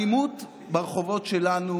האלימות ברחובות שלנו